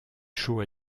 chaud